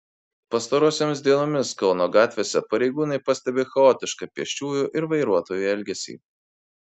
pastarosiomis dienomis kauno gatvėse pareigūnai pastebi chaotišką pėsčiųjų ir vairuotojų elgesį